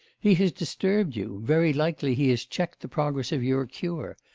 he has disturbed you very likely he has checked the progress of your cure.